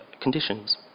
conditions